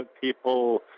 people